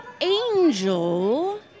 angel